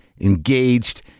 engaged